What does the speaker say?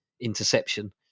interception